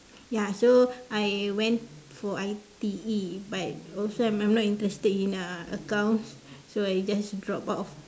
ya so I went for I_T_E but also I'm not interested in uh accounts so I just drop out of